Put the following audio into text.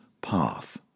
Path